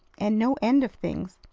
and no end of things?